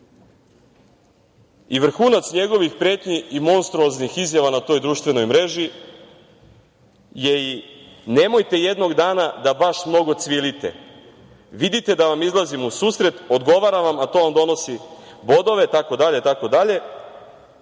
života. Vrhunac njegovih pretnji i monstruoznih izjava na toj društvenoj mreži je i – nemojte jednog dana da baš mnogo cvilite, vidite da vam izlazimo u susret, odgovaram vam, a to vam donosi bodove, itd. od